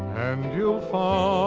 and you'll find